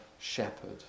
shepherd